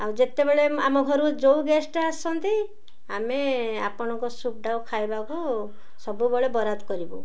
ଆଉ ଯେତେବେଳେ ଆମ ଘରୁ ଯେଉଁ ଗେଷ୍ଟ ଆସନ୍ତି ଆମେ ଆପଣଙ୍କ ସୁପ୍ଟାକୁ ଖାଇବାକୁ ସବୁବେଳେ ବରାଦ୍ କରିବୁ